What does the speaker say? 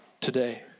today